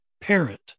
parent